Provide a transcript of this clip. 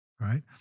right